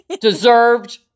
deserved